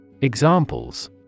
Examples